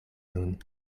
nun